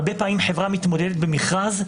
הרבה פעמים חברה מתמודדת במכרז,